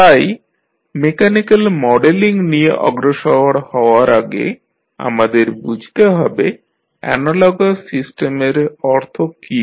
তাই mechanical modelling নিয়ে অগ্রসর হবার আগে আমাদের বুঝতে হবে অ্যানালগাস সিস্টেমের অর্থ কী